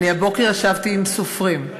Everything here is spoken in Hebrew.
הבוקר ישבתי עם סופרים,